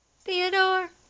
Theodore